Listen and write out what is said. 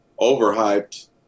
overhyped